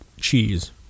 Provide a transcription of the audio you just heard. cheese